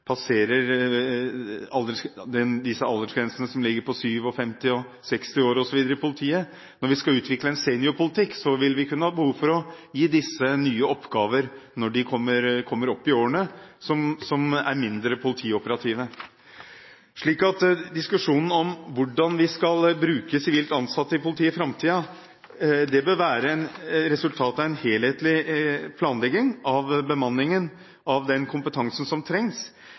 ligger på 57 år, 60 år osv. i politiet. Når vi skal utvikle en seniorpolitikk, vil vi kunne ha behov for å gi disse nye oppgaver – når de kommer opp i årene – som er mindre politioperative. Så diskusjonen om hvordan vi skal bruke sivilt ansatte i politiet i framtiden, bør være resultat av en helhetlig planlegging av bemanningen – av den kompetansen som trengs.